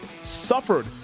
suffered